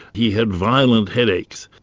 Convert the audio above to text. he had violent headaches.